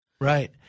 Right